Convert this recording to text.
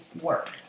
work